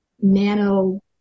nano